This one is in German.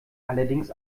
allerdings